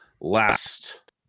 last